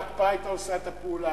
ההקפאה היתה עושה את הפעולה,